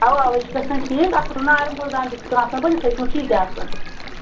اَوَہ اَوَہ یہِ چھُ گژھان ٹھیٖک اَصٕل نارمَل دَنٛد یِتھ کٔنۍ آسان یِتھٕے پٲٹھۍ چھِ یِتہِ آسان